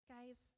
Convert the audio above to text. Guys